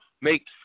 make